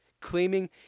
claiming